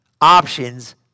options